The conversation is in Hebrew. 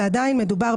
ועדיין מדובר,